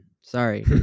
Sorry